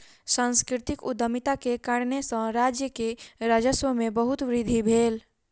सांस्कृतिक उद्यमिता के कारणेँ सॅ राज्य के राजस्व में बहुत वृद्धि भेल